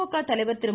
திமுக தலைவர் திரு